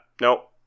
Nope